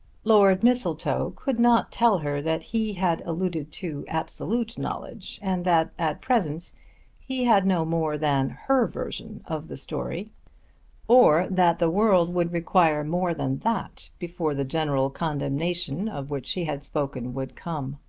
lord mistletoe could not tell her that he had alluded to absolute knowledge and that at present he had no more than her version of the story or that the world would require more than that before the general condemnation of which he had spoken would come.